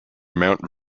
mount